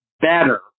better